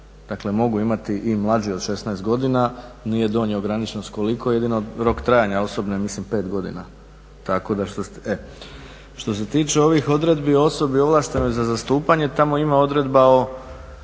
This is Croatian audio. Dakle, mogu imati i mlađi od 16 godina, nije donja ograničenost koliko. Jedino je rok trajanja osobne ja mislim 5 godina, tako da. Što se tiče ovih odredbi o osobi ovlaštenoj za zastupanje tamo ima odredba da